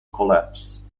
collapse